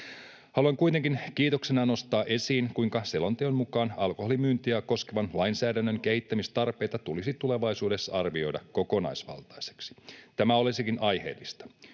Haluan kuitenkin kiitoksena nostaa esiin, kuinka selonteon mukaan alkoholimyyntiä koskevan lainsäädännön kehittämistarpeita tulisi tulevaisuudessa arvioida kokonaisvaltaisesti. Tämä olisikin aiheellista.